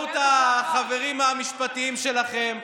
באמצעות החברים המשפטיים שלכם,